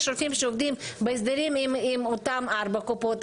יש רופאים שעובדים בהסדרים עם אותן ארבע קופות,